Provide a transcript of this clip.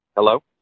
Hello